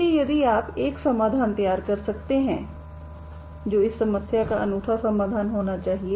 इसलिए यदि आप एक समाधान तैयार कर सकते हैं जो इस समस्या का अनूठा समाधान होना चाहिए